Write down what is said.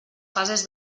fases